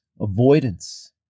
avoidance